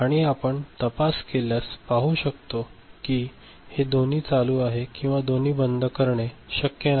आणि आपण तपास केल्यास आपण पाहू शकतो की हे दोन्ही चालू आहे किंवा दोन्ही बंद करणे शक्य नाही